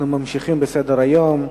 אנחנו ממשיכים בסדר-היום.